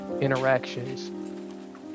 interactions